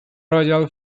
royal